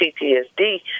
PTSD